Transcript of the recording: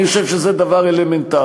אני חושב שזה דבר אלמנטרי.